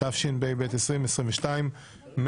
התשפ"ב 2021,